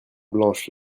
blanche